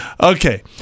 Okay